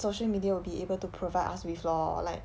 social media will be able to provide us with lor like